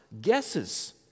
guesses